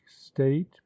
state